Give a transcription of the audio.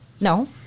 No